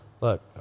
look